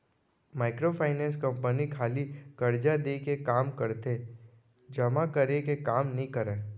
micro finance company खाली करजा देय के काम करथे जमा करे के काम नइ करय